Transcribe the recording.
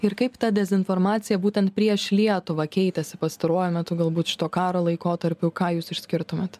ir kaip ta dezinformacija būtent prieš lietuvą keitėsi pastaruoju metu galbūt šito karo laikotarpiu ką jūs išskirtumėt